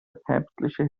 päpstliche